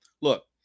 look